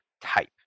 type